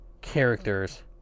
characters